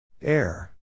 Air